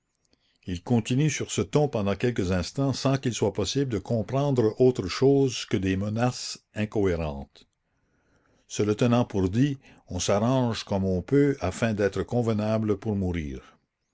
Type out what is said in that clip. il continue sur ce ton pendant quelques instants sans qu'il soit possible de comprendre autre chose que des menaces incohérentes se le tenant pour dit on s'arrange comme on peut afin d'être convenables pour mourir